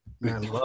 Man